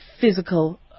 physical